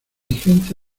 gente